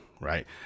right